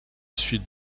suite